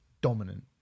dominant